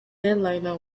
airliner